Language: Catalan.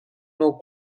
nou